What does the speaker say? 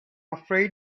afraid